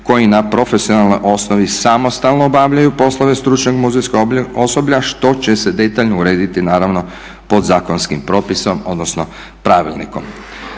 koji na profesionalnoj osnovi samostalno obavljaju poslove stručnog muzejskog osoblja što će se detaljno urediti naravno podzakonskim propisom odnosno pravilnikom.